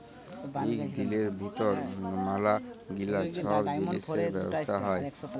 ইক দিলের ভিতর ম্যালা গিলা ছব জিলিসের ব্যবসা হ্যয়